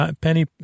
penny